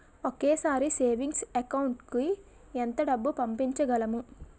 ఒకేసారి savings account కి ఎంత డబ్బు పంపించగలము?